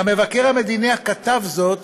גם מבקר המדינה כתב זאת,